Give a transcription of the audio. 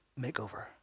makeover